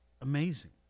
amazing